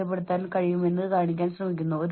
ഞാൻ എന്റെ ജോലിയോട് അധികം ബന്ധം വെയ്ക്കില്ല